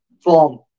form